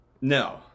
No